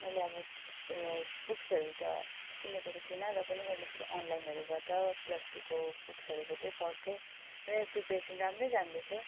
मैले अब उयो बुक्सहरू त किनेको त थिइनँ र पनि मैले यसरी अनलाइनहरूबाट प्लस टुको बुक्सहरूबाटै पढ्थेँ र यो प्रिपरेसन राम्रै जाँदैथ्यो